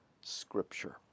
Scripture